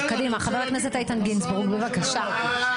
חבר הכנסת איתן גינזבורג, בבקשה.